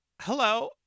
hello